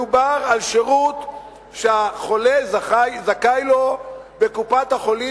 מדובר על שירות שהחולה זכאי לו בקופת-החולים,